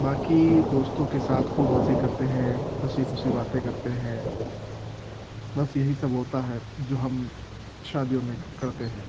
باقی دوستوں کے ساتھ خوب مزے کرتے ہیں ہنسی خوشی باتیں کرتے ہیں بس یہی سب ہوتا ہے جو ہم شادیوں میں کرتے ہیں